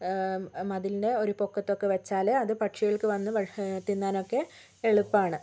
മതിലിൻ്റെ ഒരു പൊക്കൊത്തൊക്കെ വെച്ചാല് അത് പക്ഷികൾക്ക് വന്ന് ഭ തിന്നാൻ ഒക്കെ എളുപ്പമാണ്